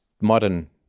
modern